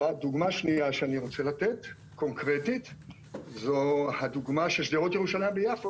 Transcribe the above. דוגמה שנייה קונקרטית שאני רוצה לתת זו הדוגמה של שדרות ירושלים ביפו,